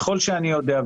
ככל שאני יודע,